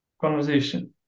conversation